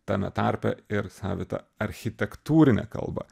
tame tarpe ir savitą architektūrinę kalbą